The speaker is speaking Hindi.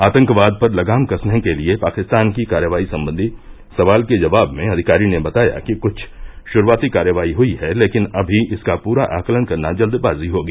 आतंकवाद पर लगाम कसने के लिए पाकिस्तान की कार्रवाई संबंधी सवाल के जवाब में अधिकारी ने बताया कि कुछ श्रूआती कार्रवाई हुई है लेकिन अभी इसका पूरा आकलन करना जल्दबाजी होगी